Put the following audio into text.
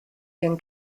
ihren